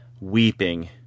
weeping